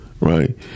right